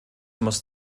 muss